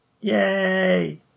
Yay